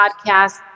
podcast